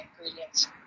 ingredients